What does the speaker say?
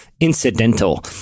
incidental